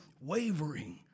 wavering